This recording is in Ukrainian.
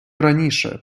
раніше